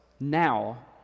now